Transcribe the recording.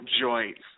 joints